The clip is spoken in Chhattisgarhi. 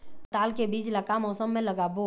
पताल के बीज ला का मौसम मे लगाबो?